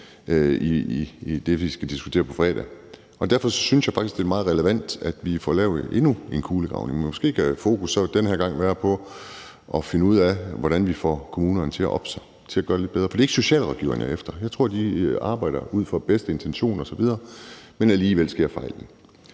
i det, vi skal diskutere på fredag. Og derfor synes jeg faktisk, det er meget relevant, at vi får lavet endnu en kulegravning, men måske kan fokus så den her gang være på at finde ud af, hvordan vi får kommunerne til at oppe sig, til at gøre det lidt bedre. For det er ikke socialrådgiverne, jeg er efter. Jeg tror, de arbejder ud fra de bedste intentioner osv., men alligevel sker fejlene.